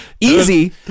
Easy